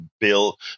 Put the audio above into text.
Bill